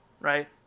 Right